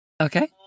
Okay